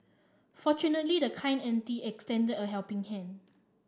fortunately the kind auntie extended a helping hand